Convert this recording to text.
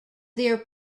their